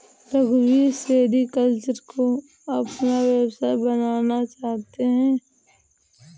रघुवीर सेरीकल्चर को अपना व्यवसाय बनाना चाहता है